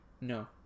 No